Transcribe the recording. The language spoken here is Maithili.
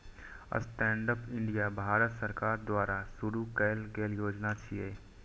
स्टैंडअप इंडिया भारत सरकार द्वारा शुरू कैल गेल योजना छियै